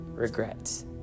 regrets